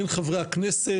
הן חברי הכנסת,